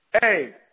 Hey